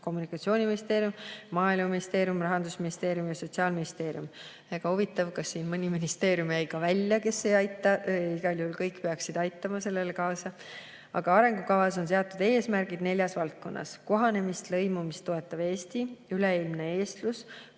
Kommunikatsiooniministeerium, Maaeluministeerium, Rahandusministeerium ja Sotsiaalministeerium. Huvitav, kas mõni ministeerium jäi ka välja, kes ei aita? Igal juhul peaksid kõik sellele kaasa aitama. Aga arengukavas on seatud eesmärgid neljas valdkonnas: kohanemist ja lõimumist toetav Eesti, üleilmne eestlus,